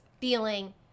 feeling